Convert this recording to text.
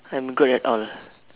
I'm good at all ah